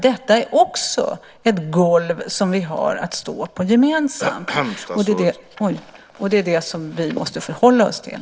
Detta är också ett golv som vi har att stå på gemensamt. Det är det som vi måste förhålla oss till.